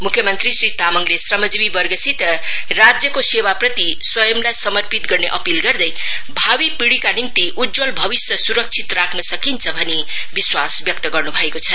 मुख्य मंत्री श्री तामाङले श्रमजीवि वर्गसित राज्यको सेवाप्रति स्वयंलाई समर्पित गर्ने अपील गर्दै भावी पिढ़ीका निम्ति उज्जवल भविष्य सुरक्षित राख्न सकिन्छ भनी विश्वास व्यक्त गर्नु भएको छ